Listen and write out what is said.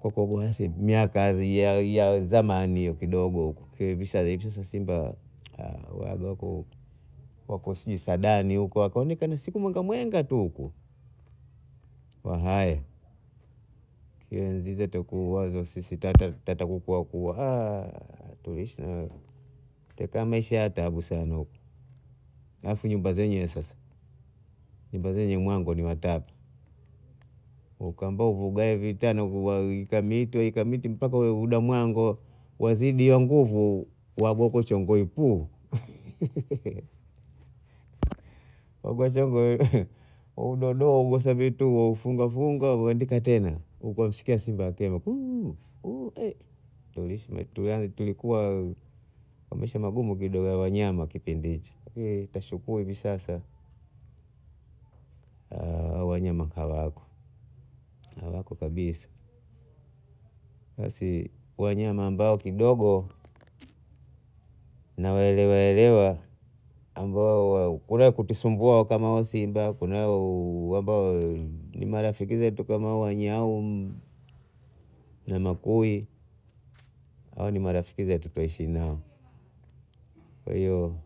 Kwa kuwa kuna siku miaka yaz- ya- ya zamani kidogo huko kwa hivi sasa simba hawako huko wako sijui saadani huko wakuonekana siku mwenga mwenga tu huku. Wahaya Enzi zetu ta kuwaza sisi tata ta kukua kua tuliishi taka Maisha ya tabu sana huku, halafu nyumba zenyewe sasa nyumba zenyewe mwango ni watatu ukiambiwa uvigawe vitanda weka miti weka miti mpaka udamwango wazidiwa nguvu wagokuchongoi kuu wagokuchongoi udondoka ugusa vitu ufunga funga huandika tena wamsikia simba akema tulisema tuli tulikuwa wamesema gumu kidogo hawa wanyama kipindi hichi lakini twashukuru hivi sasa hawa wanyama hawapo hawako kabisa. Basi wanyama ambao kidogo nawaelewa elewa ni ambao kutusumbua kama hao simba kuna hao ambao ni marafiki zetu kama wanyau na makui, hao ni marafiki zetu twaishi nao kwa hiyo